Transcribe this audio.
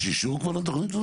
יש אישור כבר לתוכנית הזאת?